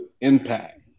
Impact